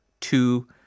Two